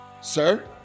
Sir